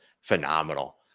phenomenal